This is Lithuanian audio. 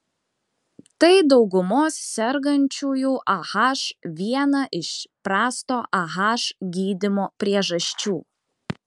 tai daugumos sergančiųjų ah viena iš prasto ah gydymo priežasčių